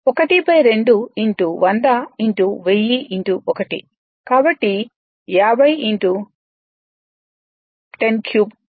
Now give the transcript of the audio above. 12 100 1000 1 కాబట్టి 5010 3 వాట్